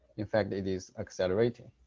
in fact, it is accelerating.